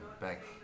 back